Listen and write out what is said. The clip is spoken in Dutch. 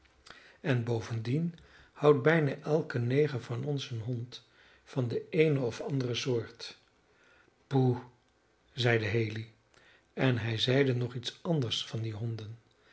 en bovendien houdt bijna elke neger van ons een hond van de eene of andere soort poe zeide haley en hij zeide nog iets anders van die honden